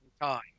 time